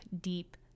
deep